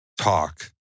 Talk